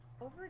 over